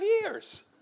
years